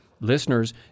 listeners